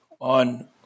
on